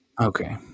Okay